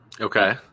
Okay